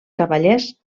cavallers